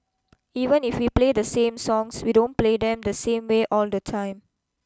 even if we play the same songs we don't play them the same way all the time